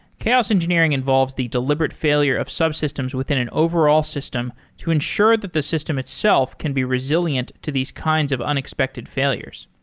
chaos engineering involves the deliberate failure of subsystems within an overall system to ensure that the system itself can be resilient to these kinds of unexpected failures.